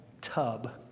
tub